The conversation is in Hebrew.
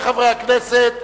רבותי חברי הכנסת,